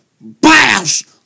bash